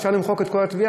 אפשר למחוק את כל התביעה.